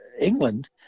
England